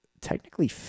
technically